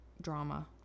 drama